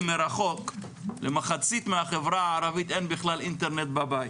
מרחוק" למחצית מהחברה הערבית אין בכלל אינטרנט בבית.